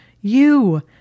You